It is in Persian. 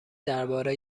درباره